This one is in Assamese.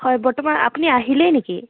হয় বৰ্তমান আপুনি আহিলেই নেকি